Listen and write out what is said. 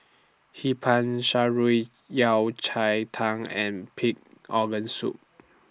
Hee Pan Shan Rui Yao Cai Tang and Pig Organ Soup